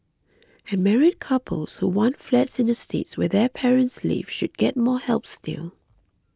and married couples who want flats in estates where their parents live should get more help still